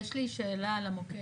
יש לי שאלה על המוקד.